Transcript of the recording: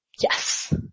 Yes